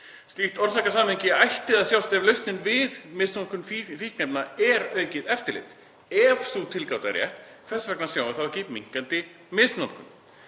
Slíkt orsakasamhengi ætti að sjást ef lausnin við misnotkun fíkniefna er aukið eftirlit. Ef sú tilgáta er rétt, hvers vegna sjáum við þá ekki minnkandi misnotkun?